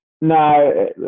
No